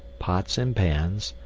pots and pans,